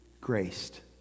graced